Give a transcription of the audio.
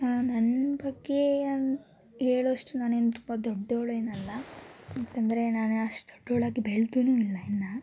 ನನ್ನ ಬಗ್ಗೆ ಅಂ ಹೇಳೋಷ್ಟು ನಾನೇನು ತುಂಬ ದೊಡ್ಡೋಳೇನಲ್ಲ ಯಾಕೆಂದರೆ ನಾನು ಅಷ್ಟು ದೊಡ್ಡೋಳಾಗಿ ಬೆಳ್ದು ಇಲ್ಲ ಇನ್ನು